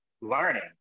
learning